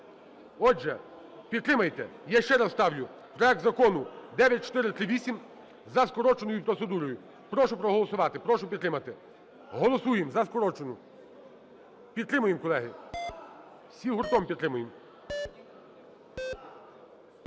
Отже, підтримаєте? Я ще раз ставлю проект Закону 9438 за скороченою процедурою. Прошу проголосувати, прошу підтримати. Голосуємо за скорочену. Підтримуємо, колеги, всі гуртом підтримуємо.